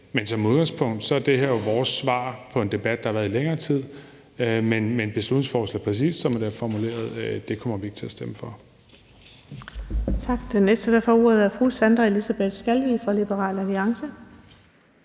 ved. Som udgangspunkt er det her jo vores svar på en debat, der har været i længere tid, men beslutningsforslaget, præcis som det er formuleret, kommer vi ikke til at stemme for.